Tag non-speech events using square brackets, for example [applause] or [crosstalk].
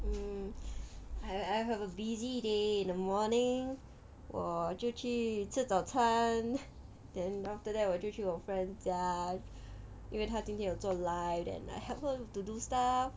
mm I've I had a busy day in the morning 我就去吃早餐 [laughs] then after that 我就去我 friend 家因为他今天有做 live then I help her to do stuff